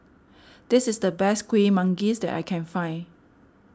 this is the best Kuih Manggis that I can find